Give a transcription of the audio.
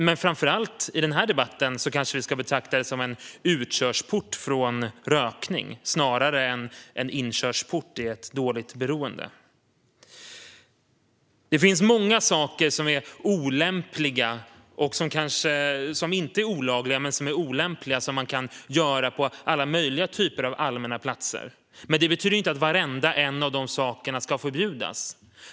Men framför allt i denna debatt kanske vi ska betrakta det som en utkörsport från rökning snarare än som en inkörsport till ett dåligt beroende. Det finns många saker som inte är olagliga men som är olämpliga och som man kan göra på alla möjliga typer av allmänna platser. Men det betyder inte att varenda sak ska förbjudas.